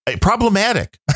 problematic